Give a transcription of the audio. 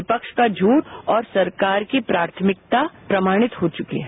विपक्ष का झूठ और सरकार की प्राथमिकता प्रमाणित हो चुकी है